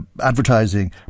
advertising